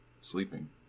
sleeping